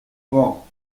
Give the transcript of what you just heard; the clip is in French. grand